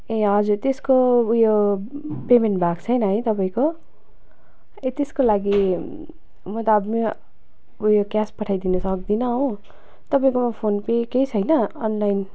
ए हजुर त्यसको उयो पेमेन्ट भएको छैन है तपाईँको ए त्यसको लागि म त अब बिमा उयो क्यास पठाइदिनु सक्दिनँ हो तपाईँकोमा फोन पे केही छैन अनलाइन